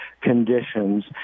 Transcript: conditions